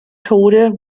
tode